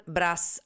Brass